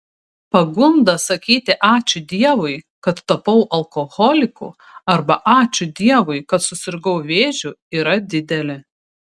pagunda sakyti ačiū dievui kad tapau alkoholiku arba ačiū dievui kad susirgau vėžiu yra didelė